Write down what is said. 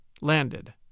landed